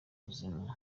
buzima